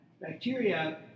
bacteria